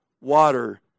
water